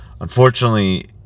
unfortunately